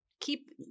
keep